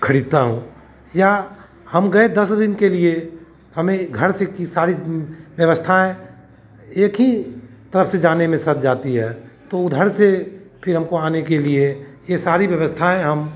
खरीदता हूँ या हम गए दस दिन के लिए हमें घर से की सारी व्यवस्थाएँ एक ही तरफ़ से जाने में सध जाती हैं तो उधर से फिर हमको आने के लिए यह सारी व्यवस्थाएँ हम